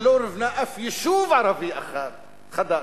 שלא נבנה אף יישוב ערבי אחד חדש.